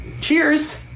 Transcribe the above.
Cheers